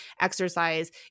exercise